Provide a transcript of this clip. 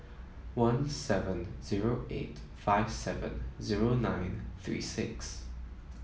one seven zero eight five seven zero nine three six